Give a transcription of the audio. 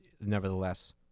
nevertheless